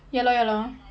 ya lah ya lah